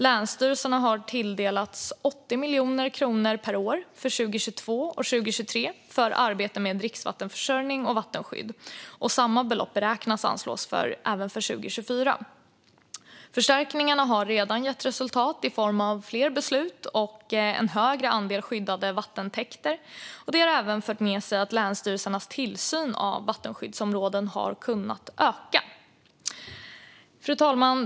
Länsstyrelserna har tilldelats 80 miljoner kronor per år för 2022 och 2023 för arbete med dricksvattenförsörjning och vattenskydd, och samma belopp beräknas anslås även för 2024. Förstärkningarna har redan gett resultat i form av fler beslut och en större andel skyddade vattentäkter. Det har även fört med sig att länsstyrelsernas tillsyn av vattenskyddsområden har kunnat öka. Fru talman!